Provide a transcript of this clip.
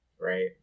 right